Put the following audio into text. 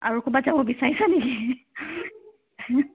আৰু ক'ৰবাত যাব বিচাৰিছা নেকি